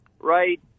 right